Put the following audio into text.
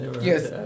yes